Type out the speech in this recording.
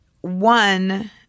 one